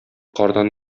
кардан